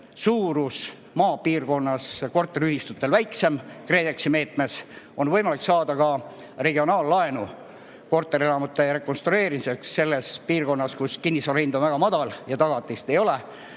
suurus maapiirkonnas korteriühistutel väiksem. KredExi meetmes on võimalik saada ka regionaallaenu korterelamute rekonstrueerimiseks selles piirkonnas, kus kinnisvara hind on väga madal ja tagatist ei ole.